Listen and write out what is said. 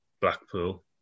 Blackpool